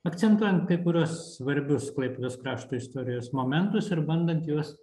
akcentuojant kai kuriuos svarbius klaipėdos krašto istorijos momentus ir bandant juos